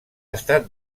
estat